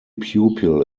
pupil